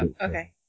Okay